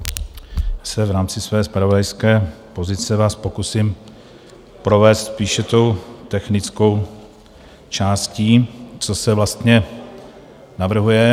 V rámci své zpravodajské pozice se vás pokusím provést spíše tou technickou částí, co se vlastně navrhuje.